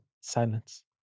silence